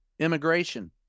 Immigration